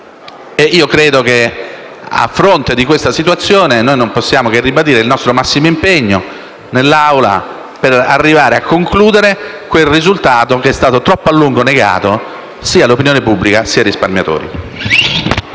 e credo che, a fronte di questa situazione, non possiamo che ribadire il nostro massimo impegno in Assemblea per arrivare a concludere quel risultato che è stato troppo a lungo negato sia all'opinione pubblica, sia ai risparmiatori.